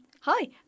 Hi